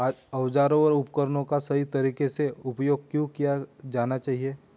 औजारों और उपकरणों का सही तरीके से उपयोग क्यों किया जाना चाहिए?